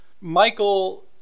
Michael